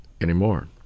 anymore